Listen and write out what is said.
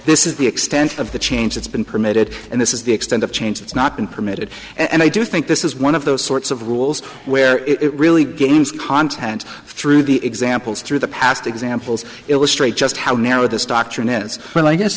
this is the extent of the change that's been permitted and this is the extent of change that's not been permitted and i do think this is one of those sorts of rules where it it really games content through the examples through the past examples illustrate just how